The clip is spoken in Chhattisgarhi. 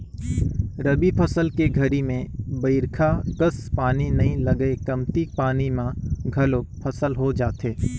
रबी फसल के घरी में बईरखा कस पानी नई लगय कमती पानी म घलोक फसल हो जाथे